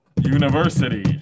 university